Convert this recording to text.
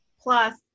plus